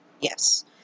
yes